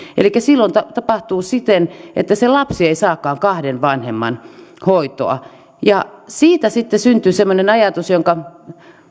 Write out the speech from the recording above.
elikkä silloin tapahtuu siten että se lapsi ei saakaan kahden vanhemman hoitoa ja siitä sitten syntyi semmoinen ajatus jonka